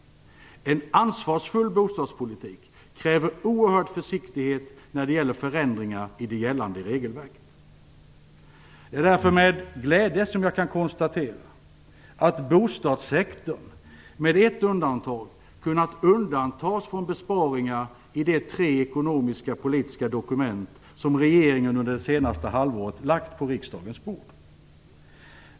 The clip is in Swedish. En ansvarsfull bostadspolitik kräver oerhörd försiktighet när det gäller förändringar i det gällande regelverket. Det är därför med glädje som jag kan konstatera att bostadssektorn, med ett undantag, kunnat undantas från besparingar i de tre ekonomisk-politiska dokument som regeringen under det senaste halvåret lagt på riksdagens bord.